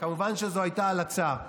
כמובן שזאת הייתה הלצה,